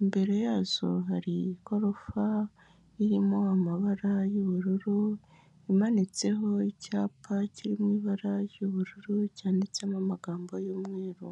imbere yazo hari igorofa irimo amabara y'ubururu, imanitseho icyapa kiri mu ibara ry'ubururu cyanditsemo amagambo y'umweru.